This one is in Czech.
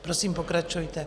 Prosím, pokračujte.